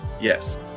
Yes